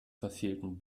verfehlten